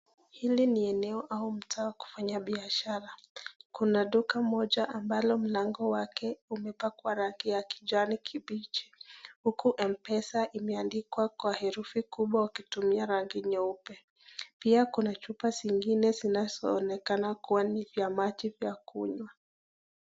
Hili ni eneo au mtaa wa kufanya biashara. Kuna duka moja ambalo mlango wake umepakwa rangi ya kijani kibichi, huku Mpesa imeandikwa kwa herufi kubwa wakitumia rangi nyeupe. Pia kuna chupa zingine zinaonekana kua ni vya maji ya kunywa.